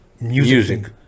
Music